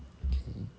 okay